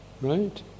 right